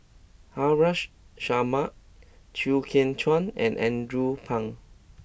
Haresh Sharma Chew Kheng Chuan and Andrew Phang